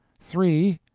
three.